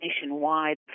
nationwide